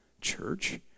church